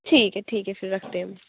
ٹھیک ہے ٹھیک ہے پھر رکھتے ہیں ہم